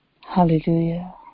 Hallelujah